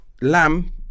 lamb